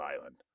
island